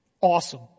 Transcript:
Awesome